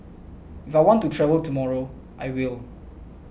if I want to travel tomorrow I will